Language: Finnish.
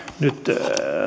nyt